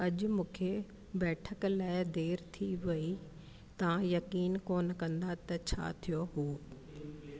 अॼु मूंखे बैठक लाइ देरि थी वई तव्हां यकीन कोन्ह कंदा त छा थियो हुओ